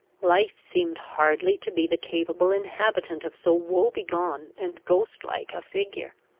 life seemed hardly to be the capable inhabitant of so woe-begone and ghost-like a figure.